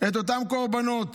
את אותם קורבנות.